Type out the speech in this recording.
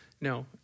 no